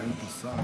אין פה שר?